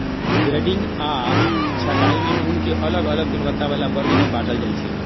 grading आऽ छँटाई में ऊन के अलग अलग गुणवत्ता बला वर्ग में बाटल जाइ छइ